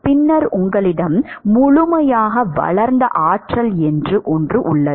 பின்னர் உங்களிடம் முழுமையாக வளர்ந்த ஆற்றல் என்று ஒன்று உள்ளது